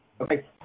Okay